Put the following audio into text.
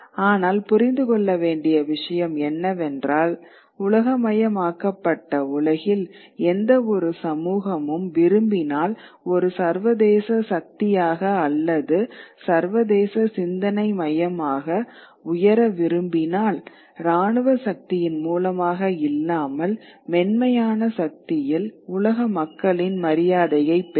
ஆனால் புரிந்து கொள்ள வேண்டிய விஷயம் என்னவென்றால் உலகமயமாக்கப்பட்ட உலகில் எந்தவொரு சமூகமும் விரும்பினால் ஒரு சர்வதேச சக்தியாக அல்லது சர்வதேச சிந்தனை மையமாக உயர விரும்பினால் ராணுவ சக்தியின் மூலமாக இல்லாமல் மென்மையான சக்தியில் உலக மக்களின் மரியாதையைப் பெறுங்கள்